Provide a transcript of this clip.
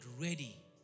ready